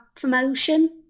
promotion